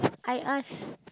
I ask